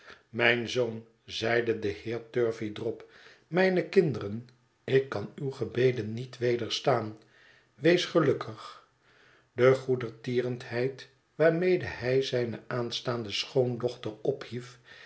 mijn zoon zeide de heer turveydrop mijne kinderen ik kan uwe gebeden niet wederstaan weest gelukkig de goedertierenheid waarmede hij zijne aanstaande schoondochter ophief